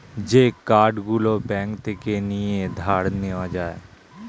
যে কার্ড গুলো ব্যাঙ্ক থেকে নিয়ে ধার নেওয়া যায়